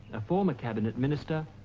a former cabinet minister,